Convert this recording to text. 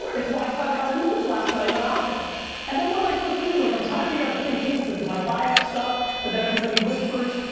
it's why i tried to buy luka's last night on optic and then what am i supposed to do, like i'm trying to figure out different cadences. do i buy up stuff but then everybody whispers.